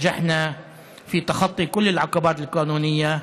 הצלחנו במאמץ משותף לדלג על כל החסמים המשפטיים,